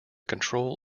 control